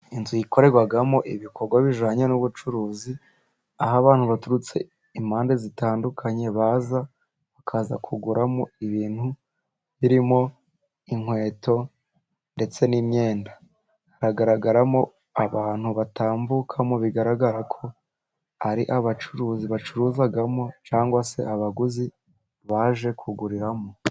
Inzu ikorerwamo ibikorwa bijyanye n'ubucuruzi, aho abantu baturutse impande zitandukanye baza, bakaza kuguramo ibintu birimo inkweto, ndetse n'imyenda. Haragaragaramo abantu batambukamo, bigaragara ko ari abacuruzi bacuruzamo cyangwa se abaguzi baje kuguriramo.